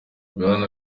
bwana